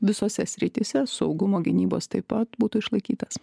visose srityse saugumo gynybos taip pat būtų išlaikytas